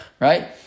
right